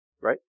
Right